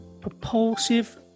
propulsive